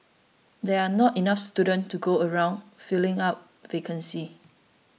there are not enough students to go around filling up vacancies